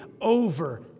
over